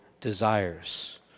desires